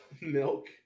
Milk